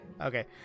Okay